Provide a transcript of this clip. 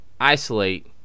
isolate